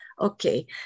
Okay